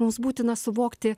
mums būtina suvokti